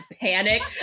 panic